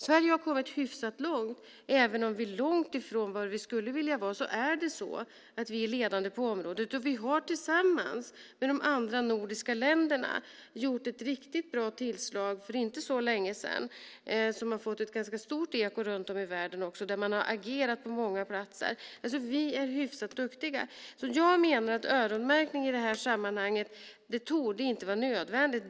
Sverige har kommit hyfsat långt; även om vi är långt ifrån var vi skulle vilja vara är vi ledande på området. Vi har tillsammans med de andra nordiska länderna gjort ett riktigt bra tillslag för inte så länge sedan som också har fått ett ganska stort eko runt om i världen, och man har agerat på många platser. Vi är hyfsat duktiga. Jag menar att öronmärkning i det här sammanhanget inte torde vara nödvändigt.